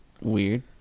weird